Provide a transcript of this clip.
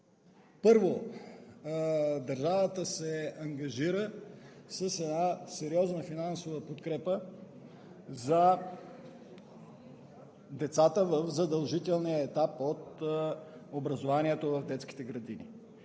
Първо, държавата се ангажира със сериозна финансова подкрепа за децата в задължителния етап от образованието в детските градини.